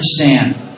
understand